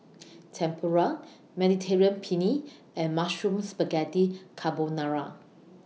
Tempura Mediterranean Penne and Mushroom Spaghetti Carbonara